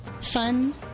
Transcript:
fun